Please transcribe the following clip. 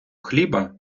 хліба